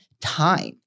time